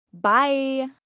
Bye